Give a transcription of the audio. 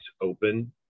open